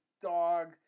dog